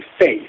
faith